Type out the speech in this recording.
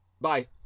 Bye